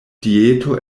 dieto